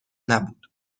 نبود